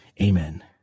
Amen